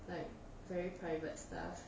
like very private stuff